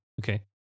Okay